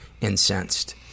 incensed